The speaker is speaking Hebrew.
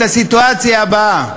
את הסיטואציה הבאה: